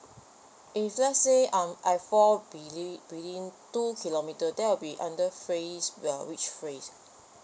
if let's say I'm I fall within within two kilometre then I'll be under phrase we're which phrase